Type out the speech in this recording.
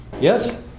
Yes